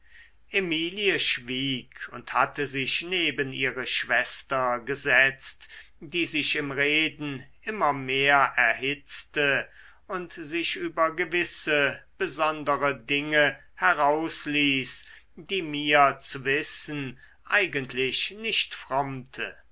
emilie schwieg und hatte sich neben ihre schwester gesetzt die sich im reden immer mehr erhitzte und sich über gewisse besondere dinge herausließ die mir zu wissen eigentlich nicht frommte